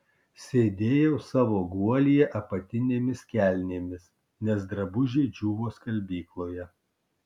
sėdėjau savo guolyje apatinėmis kelnėmis nes drabužiai džiūvo skalbykloje